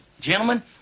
gentlemen